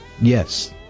yes